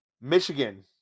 Michigan